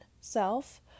self